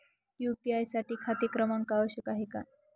UPI साठी खाते क्रमांक आवश्यक आहे का?